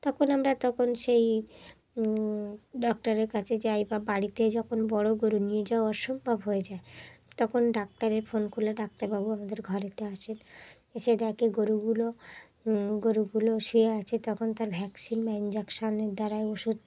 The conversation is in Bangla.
তখন আমরা তখন সেই ডাক্তারের কাছে যাই বা বাড়িতে যখন বড় গরু নিয়ে যাওয়া অসম্ভব হয়ে যায় তখন ডাক্তারের ফোন করলে ডাক্তারবাবু আমাদের ঘরেতে আসেন এসে দেখে গরুগুলো গরুগুলো শুয়ে আছে তখন তার ভ্যাকসিন বা ইঞ্জেকশানের দ্বারা ওষুধ